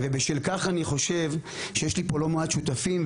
ובשל כך אני חושב שיש לי פה לא מעט שותפים,